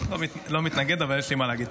לא מתנגד, אבל יש לי מה להגיד.